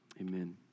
Amen